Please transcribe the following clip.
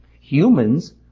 Humans